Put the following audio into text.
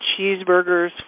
cheeseburgers